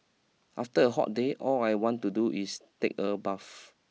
after a hot day all I want to do is take a bath